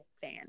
fan